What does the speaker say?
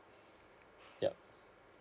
yup